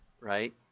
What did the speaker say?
right